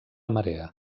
marea